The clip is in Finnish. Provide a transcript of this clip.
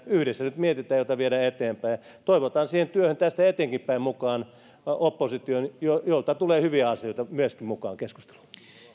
yhdessä nyt mietitään mitä toimenpiteitä viedään eteenpäin toivotan siihen työhön tästä eteenkinpäin mukaan opposition jolta myöskin tulee hyviä asioita mukaan keskusteluun